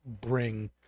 bring